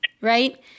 Right